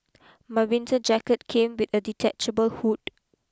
my winter jacket came with a detachable hood